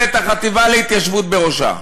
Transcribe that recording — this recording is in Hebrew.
ואת החטיבה להתיישבות בראשה,